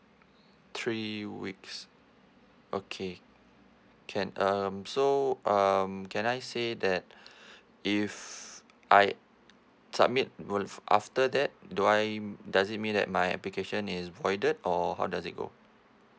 three weeks okay can um so um can I say that if I submit wo~ after that do I does it mean that my application is voided or how does it go